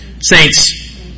Saints